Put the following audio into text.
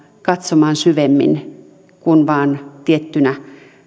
katsomaan syvemmin kuin vain tiettynä